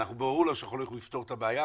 ברור שאנחנו לא יכולים לפתור את הבעיה,